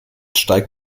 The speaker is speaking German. steigt